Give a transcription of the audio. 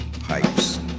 pipes